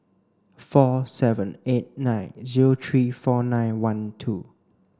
four seven eight nine zero three four nine one two